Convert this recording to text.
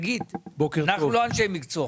אנחנו לא אנשי מקצוע.